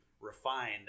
refined